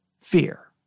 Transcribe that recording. fear